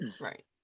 Right